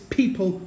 people